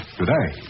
today